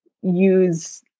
use